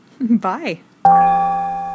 Bye